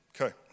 Okay